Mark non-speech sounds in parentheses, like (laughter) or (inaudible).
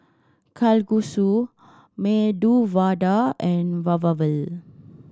Kalguksu Medu Vada and (unintelligible)